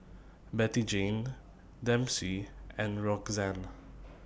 Bettyjane Dempsey and Roxann